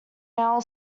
neil